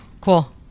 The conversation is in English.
Cool